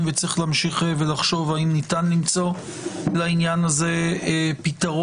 וצריך להמשיך ולחשוב האם ניתן למצוא לעניין הזה פתרון.